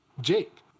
Jake